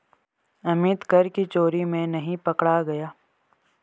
अमित कर की चोरी में नहीं पकड़ा गया